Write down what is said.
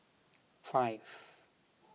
five